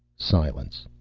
silence.